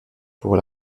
pour